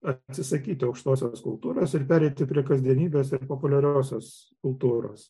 atsisakyti aukštosios kultūros ir pereiti prie kasdienybės ir populiariosios kultūros